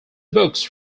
books